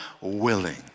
willing